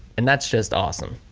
and that's just awesome.